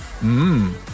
Mmm